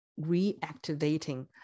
reactivating